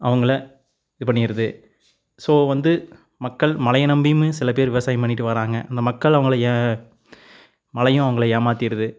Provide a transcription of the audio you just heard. அவங்கள இது பண்ணிருது ஸோ வந்து மக்கள் மழையை நம்பியும் சில பேர் விவசாயம் பண்ணிகிட்டு வராங்க அந்த மக்கள் அவங்கள ஏ மழையும் அவங்கள ஏமாத்திடுது